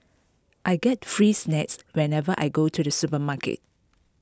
I get free snacks whenever I go to the supermarket